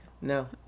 No